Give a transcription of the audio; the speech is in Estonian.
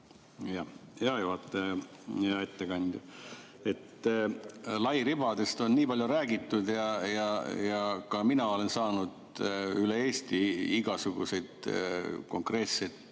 Hea ettekandja! Lairibast on nii palju räägitud ja ka mina olen saanud üle Eesti igasuguseid konkreetseid